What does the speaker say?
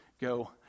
go